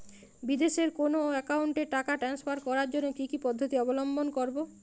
বিদেশের কোনো অ্যাকাউন্টে টাকা ট্রান্সফার করার জন্য কী কী পদ্ধতি অবলম্বন করব?